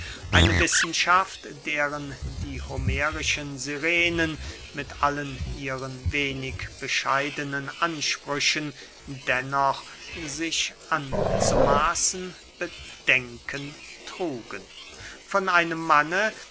eine wissenschaft deren die homerischen sirenen mit allen ihren wenig bescheidenen ansprüchen dennoch sich anzumaßen bedenken trugen von einem manne